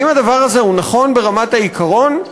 האם הדבר הזה הוא נכון ברמת העיקרון?